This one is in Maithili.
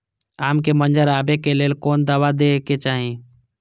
आम के मंजर आबे के लेल कोन दवा दे के चाही?